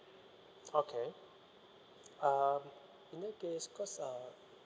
okay um in that case cause uh